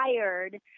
tired